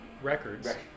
records